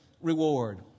reward